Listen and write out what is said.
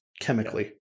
chemically